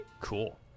cool